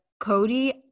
Cody